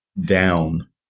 down